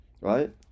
Right